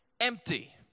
Empty